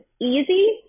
easy